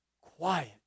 quiet